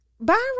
Byron